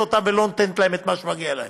אותם ולא נותנת להם את מה שמגיע להם.